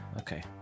Okay